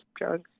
drugs